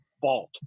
fault